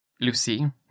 Lucy